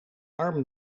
arm